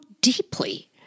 deeply